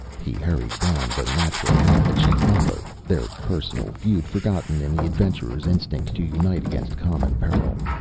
he hurried down the natural ramp and she followed, their personal feud forgotten in the adventurers' instinct to unite against common peril.